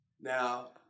Now